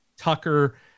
Tucker